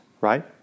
right